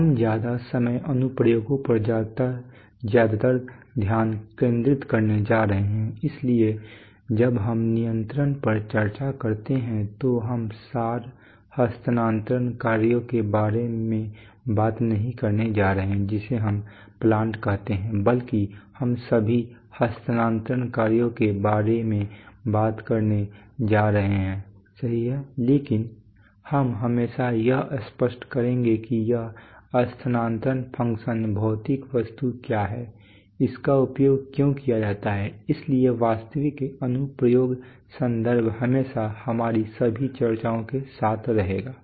हम ज्यादा समय अनुप्रयोगों पर ज्यादातर ध्यान केंद्रित करने जा रहे हैं इसलिए जब हम नियंत्रण पर चर्चा करते हैं तो हम सार हस्तांतरण कार्यों के बारे में बात नहीं करने जा रहे हैं जिसे हम प्लांट कहते हैं बल्कि हम सभी हस्तांतरण कार्यों के बारे में बात करने जा रहे हैं सही है लेकिन हम हमेशा यह स्पष्ट करेंगे कि यह स्थानांतरण फ़ंक्शन भौतिक वस्तु क्या है इसका उपयोग क्यों किया जाता है इसलिए वास्तविक अनुप्रयोग संदर्भ हमेशा हमारी सभी चर्चाओं के साथ रहेगा